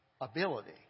ability